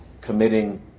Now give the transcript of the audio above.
committing